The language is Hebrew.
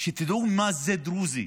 ושתדעו מה זה דרוזי